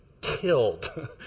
killed